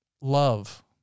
Love